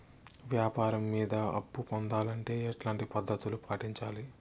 వ్యాపారం మీద అప్పు పొందాలంటే ఎట్లాంటి పద్ధతులు పాటించాలి?